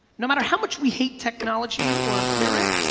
no matter how much we hate technology or fear it,